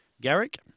Garrick